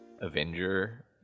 Avenger